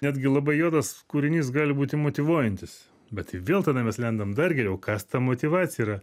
netgi labai juodas kūrinys gali būti motyvuojantis bet tai vėl tada mes lendam dar geriau kas ta motyvacija yra